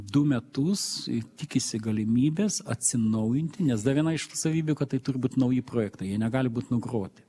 du metus ir tikisi galimybės atsinaujinti nes dar viena iš savybių kad tai turi būt nauji projektai jie negali būt nugroti